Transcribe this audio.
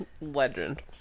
Legend